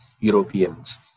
Europeans